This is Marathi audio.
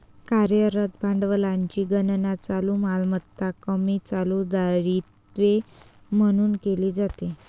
कार्यरत भांडवलाची गणना चालू मालमत्ता कमी चालू दायित्वे म्हणून केली जाते